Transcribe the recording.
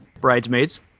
Bridesmaids